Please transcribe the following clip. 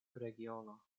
regiono